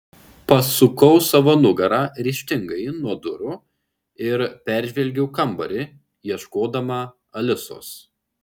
pasukau savo nugarą ryžtingai nuo durų ir peržvelgiau kambarį ieškodama alisos